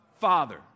Father